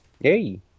Hey